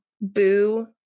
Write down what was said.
Boo